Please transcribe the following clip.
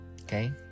okay